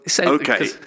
Okay